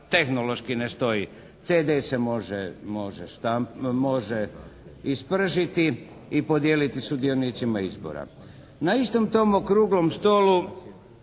tehnološki ne stoji. CD se može, može i spržiti podijeliti sudionicima izbora. Na istom tom Okruglom stolu